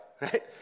right